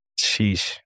Sheesh